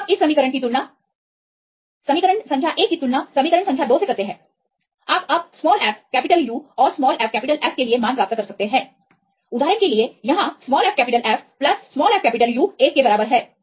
अब आप इस समीकरण की तुलना समीकरण संख्या एक की तुलना समीकरण संख्या 2 से करते है आप अब fUऔर fF के लिए मान प्राप्त कर सकते हैं उदाहरण के लिए यहां fF fU 1 के बराबर है